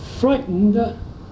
Frightened